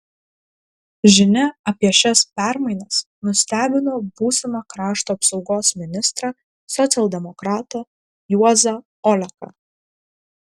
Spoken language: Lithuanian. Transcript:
žinia apie šias permainas nustebino būsimą krašto apsaugos ministrą socialdemokratą juozą oleką